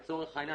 לצורך העניין,